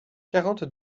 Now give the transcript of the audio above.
quarante